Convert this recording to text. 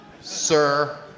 Sir